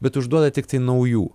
bet užduoda tiktai naujų